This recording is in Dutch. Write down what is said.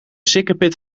sikkepit